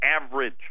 average